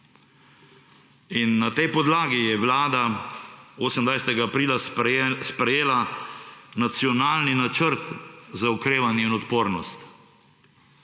In na tej podlagi je Vlada 28. aprila sprejela nacionalni Načrt za okrevanje in odpornost.